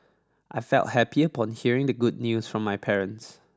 I felt happy upon hearing the good news from my parents